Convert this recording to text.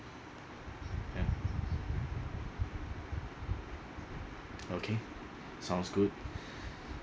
okay sounds good